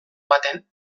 baten